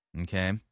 okay